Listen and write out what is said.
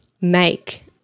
make